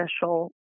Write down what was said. special